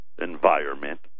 environment